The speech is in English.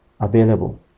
available